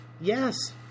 yes